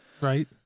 Right